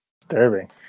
Disturbing